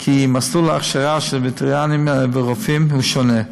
כי מסלולי ההכשרה של וטרינרים ורופאים הם שונים.